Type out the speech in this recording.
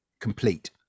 complete